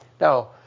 Now